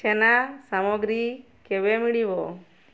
ଛେନା ସାମଗ୍ରୀ କେବେ ମିଳିବ